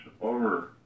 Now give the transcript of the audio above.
over